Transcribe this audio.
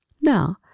now